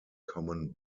common